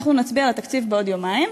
אנחנו נצביע על התקציב בעוד יומיים,